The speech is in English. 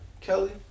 Kelly